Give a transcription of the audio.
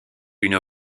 une